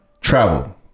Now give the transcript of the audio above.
travel